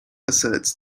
asserts